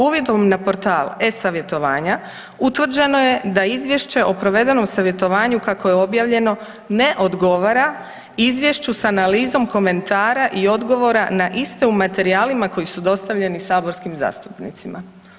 Uvidom na portal e-savjetovanja utvrđeno je da izvješće o provedenom savjetovanju kako je objavljeno ne odgovara izvješću sa analizom komentara i odgovora na isto u materijalima koji su dostavljeni saborskim zastupnicima.